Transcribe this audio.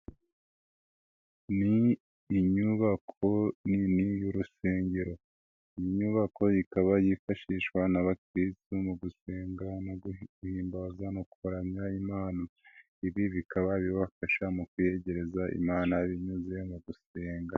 Ni inyubako nini y'urusengero iyi nyubako ikaba yifashishwa n'abakirisitu mu gusenga no guhimbaza no kuramya imana, ibi bikaba bibafasha mu kwiyegereza imana binyuze mu gusenga.